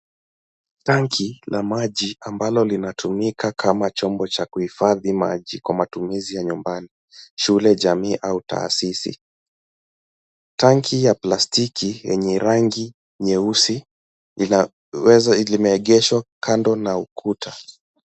Tanki, la maji, amabalo linatumika kama chombo cha kuhifadhi maji kwa matumizi ya nyumbani, shule, jamii au taasisi. Tanki ya plastiki enye rangi nyeusi limeegeshwa kando na ukuta.